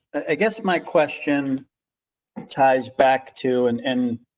i guess my question ties back to and and.